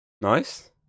Nice